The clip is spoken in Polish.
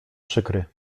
przykry